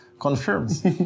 Confirms